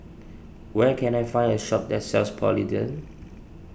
where can I find a shop that sells Polident